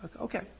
Okay